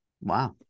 Wow